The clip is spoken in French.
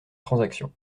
transaction